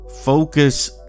Focus